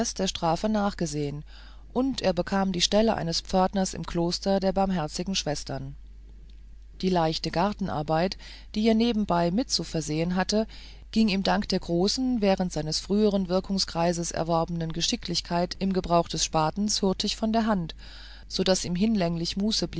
der strafe nachgesehen und er bekam die stelle eines pförtners im kloster der barmherzigen schwestern die leichte gartenarbeit die er nebenbei mit zu versehen hatte ging ihm dank der großen während seines früheren wirkungskreises erworbenen geschicklichkeit im gebrauch des spatens hurtig von der hand so daß ihm hinlänglich